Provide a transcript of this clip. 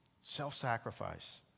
Self-sacrifice